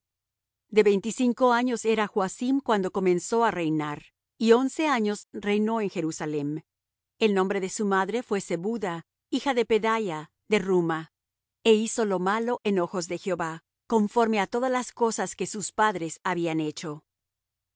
de veinticinco años era joacim cuando comenzó á reinar y once años reinó en jerusalem el nombre de su madre fué zebuda hija de pedaia de ruma e hizo lo malo en ojos de jehová conforme á todas las cosas que sus padres habían hecho